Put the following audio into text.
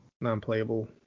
Non-playable